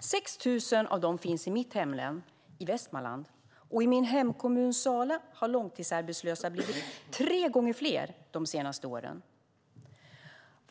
6 000 av dem finns i mitt hemlän, Västmanland. I min hemkommun Sala har de långtidsarbetslösa blivit tre gånger fler under de senaste åren.